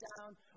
down